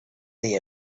the